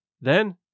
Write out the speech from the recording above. Then